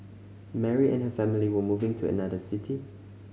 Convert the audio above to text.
Mary and her family were moving to another city